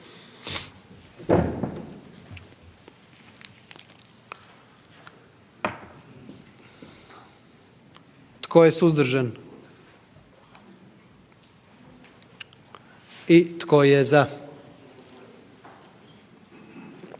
Tko je suzdržan? I tko je